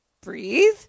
breathe